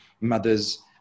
mothers